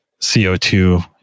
CO2